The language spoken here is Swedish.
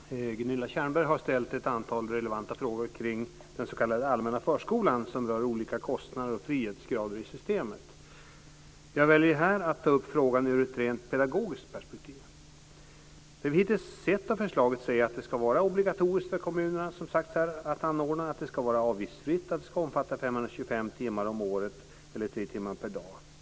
Herr talman! Gunilla Tjernberg har ställt ett antal relevanta frågor kring den s.k. allmänna förskolan som rör olika kostnader och frihetsgrader i systemet. Jag väljer här att ta upp frågan ur ett rent pedagogiskt perspektiv. Det vi hittills sett av förslaget säger att det ska vara obligatoriskt för kommunerna att anordna förskolan, att den ska vara avgiftsfri och att den ska omfatta 525 timmar om året eller tre timmar per dag.